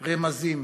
רמזים,